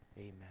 Amen